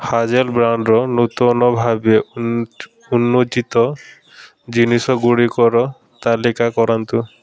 hazel ବ୍ରାଣ୍ଡ୍ର ନୂତନ ଭାବେ ଉନ୍ମୋଚିତ ଜିନିଷଗୁଡ଼ିକର ତାଲିକା କରନ୍ତୁ